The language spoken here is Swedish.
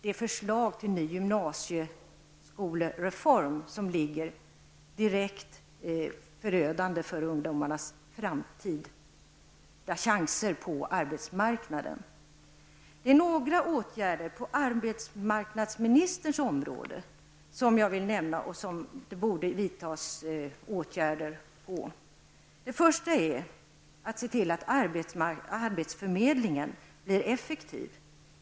Det förslag till ny gymnasieskolereform som nu är aktuellt är direkt förödande för ungdomarnas framtid, för deras chanser på arbetsmarknaden. Det är några åtgärder på arbetsmarknadsministerns område som jag här vill nämna och som borde vidtas. Först och främst gäller det att se till att arbetsförmedlingen blir effektiv.